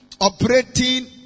operating